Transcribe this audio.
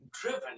driven